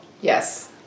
Yes